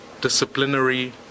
disciplinary